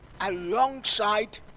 alongside